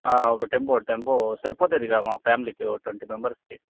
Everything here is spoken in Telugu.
ఒక టెంపో టెంపో సరిపోతుందిగా మా ఫ్యామిలీకి ఓ ట్వంటీ మెంబర్స్కి